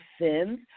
sins